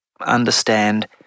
understand